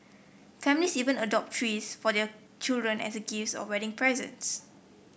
families even adopt trees for their children as gifts or wedding presents